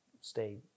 stay